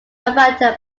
avatar